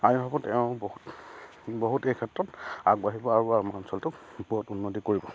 আইসকল তেওঁ বহুত বহুত এই ক্ষেত্ৰত আগবাঢ়িব আৰু আমাৰ অঞ্চলটো বহুত উন্নতি কৰিব